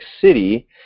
City